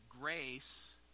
grace